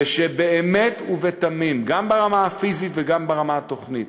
ושבאמת ובתמים, גם ברמה הפיזית וגם ברמה התוכנית,